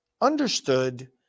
understood